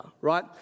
right